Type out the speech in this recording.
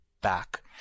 back